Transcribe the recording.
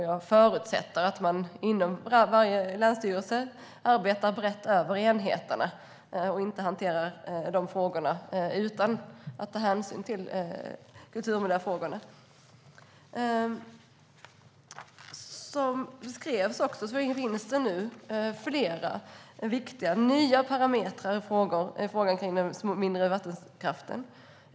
Jag förutsätter att man inom varje länsstyrelse arbetar brett över enheterna och inte hanterar tillsynsfrågorna utan att ta hänsyn till kulturmiljöfrågorna. Som beskrevs finns det nu flera viktiga nya parametrar i frågan kring de mindre vattenkraftverken.